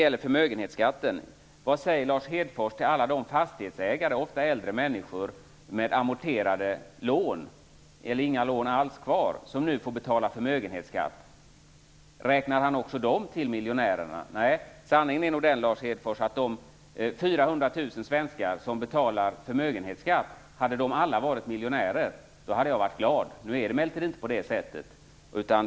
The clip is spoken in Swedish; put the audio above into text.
Lars Hedfors säger till alla de fastighetsägare, ofta äldre människor med amorterade lån eller inga lån alls kvar, som nu får betala förmögenhetsskatt. Räknar han också dem till miljonärerna? Hade alla de 400 000 svenskar som betalar förmögenhetsskatt varit miljonärer, hade jag varit glad. Nu är det emellertid inte på det sättet.